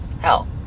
hell